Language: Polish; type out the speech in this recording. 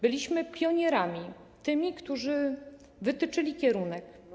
Byliśmy pionierami, tymi, którzy wytyczyli kierunek.